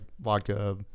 vodka